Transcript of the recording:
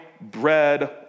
bread